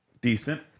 Decent